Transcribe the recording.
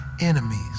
enemies